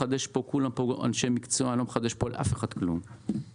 כולם פה אנשי מקצוע ואני לא מחדש פה לאף אחד שום דבר.